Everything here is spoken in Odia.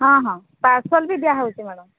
ହଁ ହଁ ପାର୍ସଲ ବି ଦିଆହେଉଛି ମ୍ୟାଡମ